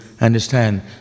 understand